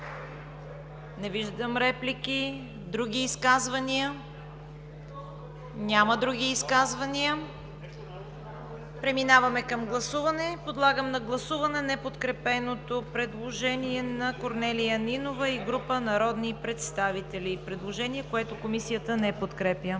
Не виждам реплики. Други изказвания? Няма други изказвания. Подлагам на гласуване неподкрепеното предложение на Корнелия Нинова и група народни представители – предложение, което Комисията не подкрепя.